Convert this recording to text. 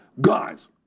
guys